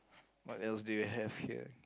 what else do you have here